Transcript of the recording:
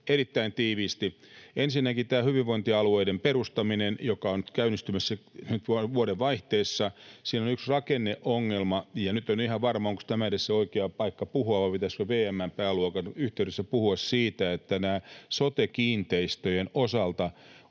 Erittäin tiiviisti: Ensinnäkin tässä hyvinvointialueiden perustamisessa, joka on käynnistymässä nyt vuodenvaihteessa, on yksi rakenneongelma — ja nyt en ole ihan varma, onko tämä edes se oikea paikka puhua vai pitäisikö VM:n pääluokan yhteydessä puhua siitä — se, että näiden sote-kiinteistöjen osalta